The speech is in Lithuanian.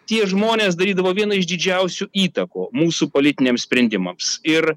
tie žmonės darydavo vieną iš didžiausių įtakų mūsų politiniams sprendimams ir